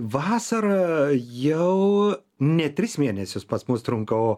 vasarą jau ne tris mėnesius pas mus trunka o